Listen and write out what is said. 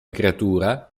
creatura